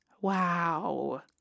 Wow